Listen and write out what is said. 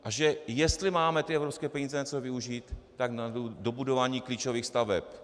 A že jestli máme ty evropské peníze na něco využít, tak na dobudování klíčových staveb.